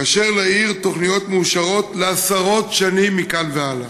כאשר לעיר תוכניות מאושרות לעשרות שנים מכאן והלאה?